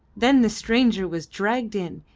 then the stranger was dragged in,